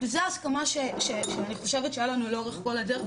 וזאת ההסכמה שאני חושבת שהייתה לנו לאורך כל הדרך,